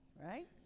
right